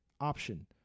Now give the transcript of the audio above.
option